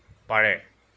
পাৰে